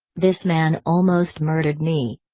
this man almost murdered me.